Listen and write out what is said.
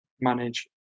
manage